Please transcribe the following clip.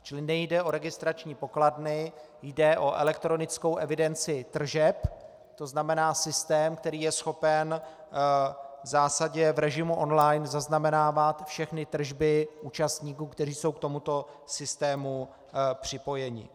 Čili nejde o registrační pokladny, jde o elektronickou evidenci tržeb, to znamená systém, který je schopen v zásadě v režimu online zaznamenávat všechny tržby účastníků, kteří jsou k tomuto systému připojeni.